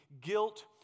guilt